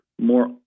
more